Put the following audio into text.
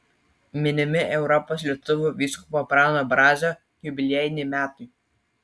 minimi europos lietuvių vyskupo prano brazio jubiliejiniai metai